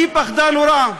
היא פחדה נורא,